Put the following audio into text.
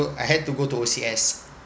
I had to go to O_C_S